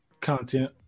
content